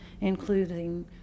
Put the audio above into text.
including